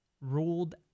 ruled